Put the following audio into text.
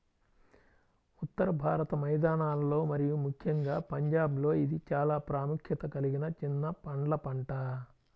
ఉత్తర భారత మైదానాలలో మరియు ముఖ్యంగా పంజాబ్లో ఇది చాలా ప్రాముఖ్యత కలిగిన చిన్న పండ్ల పంట